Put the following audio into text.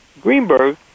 Greenberg